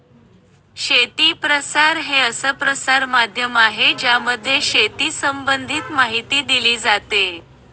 शेती प्रसार हे असं प्रसार माध्यम आहे ज्यामध्ये शेती संबंधित माहिती दिली जाते